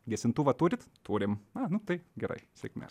gesintuvą turit turim a nu tai gerai sėkmės